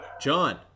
John